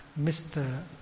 Mr